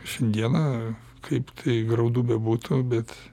šiandieną kaip tai graudu bebūtų bet